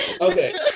Okay